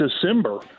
December